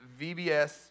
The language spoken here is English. VBS